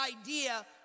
idea